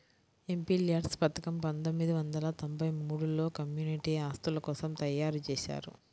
MPLADS పథకం పందొమ్మిది వందల తొంబై మూడులో కమ్యూనిటీ ఆస్తుల కోసం తయ్యారుజేశారు